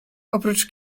oprócz